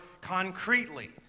concretely